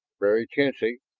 very chancy,